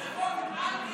זה חוק אנטי-אנושי.